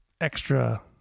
extra